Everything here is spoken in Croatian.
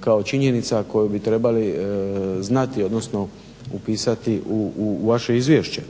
kao činjenica koju bi trebali znati odnosno upisati u vaše izvješće.